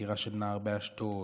דקירה של נער באשדוד,